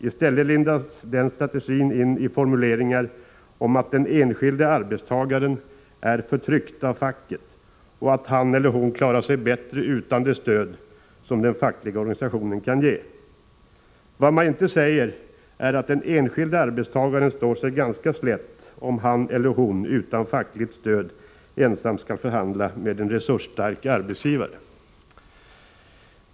I stället lindas den strategin in i formuleringar om att den enskilde arbetstagaren är ”förtryckt” av facket och att han eller hon klarar sig bättre utan det stöd som den fackliga organisationen kan ge. Vad man inte säger är att den enskilde arbetstagaren står sig ganska slätt om han eller hon utan fackligt stöd ensam skall förhandla med en resursstark arbetsgivare.